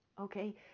Okay